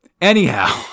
anyhow